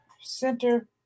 center